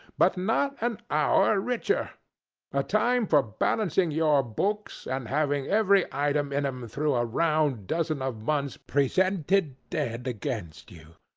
but not an hour richer a time for balancing your books and having every item in em through a round dozen of months presented dead against you?